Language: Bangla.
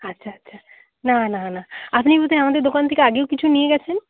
আচ্ছা আচ্ছা না না না আপনি বোধহয় আমাদের দোকান থেকে আগেও কিছু নিয়ে গেছেন